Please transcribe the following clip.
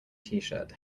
tshirt